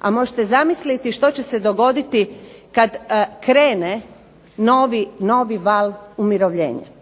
a možete zamisliti što će se dogoditi kada krene novi val umirovljenja.